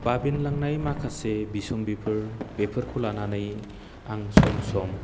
बाबेनलांनाय माखासे बिसम्बिफोर बेफोरखौ लानानै आं सम सम